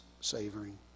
savoring